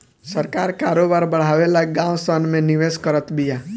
सरकार करोबार बड़ावे ला गाँव सन मे निवेश करत बिया